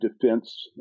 defense